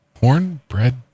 Cornbread